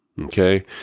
Okay